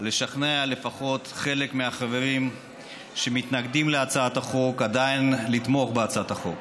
לשכנע לפחות חלק מהחברים שעדיין מתנגדים להצעת החוק לתמוך בהצעת החוק.